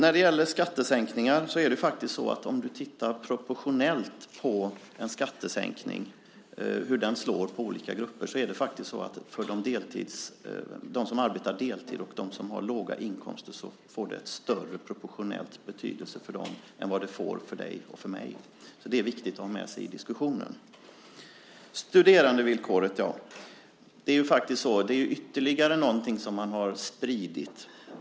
Om du tittar på hur en skattesänkning proportionellt slår för olika grupper ser du att det för dem som arbetar deltid och som har låga inkomster får större betydelse än det får för dig och mig. Detta är det viktigt att ha med sig i diskussionen. Detta med studerandevillkoret är ytterligare någonting som man har spritt.